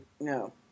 No